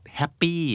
happy